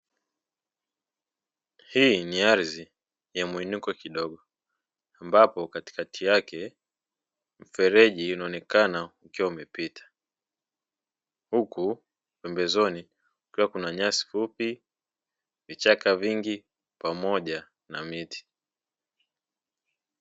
Hii ni ardhi ya mwinuko kidogo ambapo katikati yake mfereji unaonekana ukiwa umepita huku pembezoni kukiwa kuna nyasi fupi, vichaka vingi pamoja na miti.